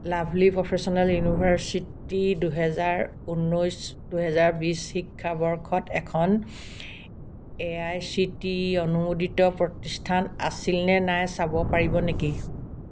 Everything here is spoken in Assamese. লাভলী প্ৰফেচনেল ইউনিভাৰ্চিটি দুহেজাৰ ঊনৈছ দুহেজাৰ বিছ শিক্ষাবৰ্ষত এখন A I C T E অনুমোদিত প্ৰতিষ্ঠান আছিল নে নাই চাব পাৰিব নেকি